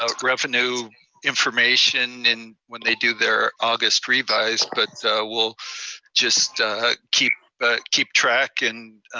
ah revenue information and when they do their august revise, but we'll just keep but keep track, and